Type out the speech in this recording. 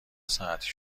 ساعتی